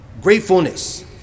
gratefulness